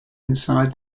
inside